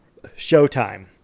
Showtime